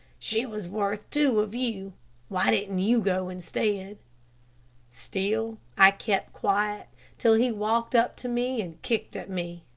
she was worth two of you why didn't you go instead? still i kept quiet till he walked up to me and kicked at me.